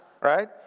right